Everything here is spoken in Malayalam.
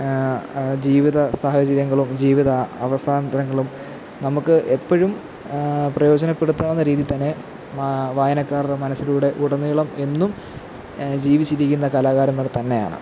ജീവിത സാഹചര്യങ്ങളും ജീവിത അവസ്ഥാന്തരങ്ങളും നമുക്ക് എപ്പോഴും പ്രയോജനപ്പെടുത്താവുന്ന രീതിയിൽ തന്നെ വായനക്കാരുടെ മനസ്സിലൂടെ ഉടനീളം എന്നും ജീവിച്ചിരിക്കുന്ന കലാകാരന്മാർ തന്നെയാണ്